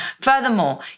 Furthermore